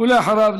ואחריו,